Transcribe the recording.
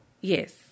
Yes